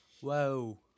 whoa